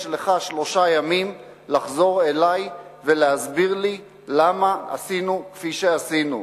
יש לך שלושה ימים לחזור אלי ולהסביר לי למה עשינו כפי שעשינו,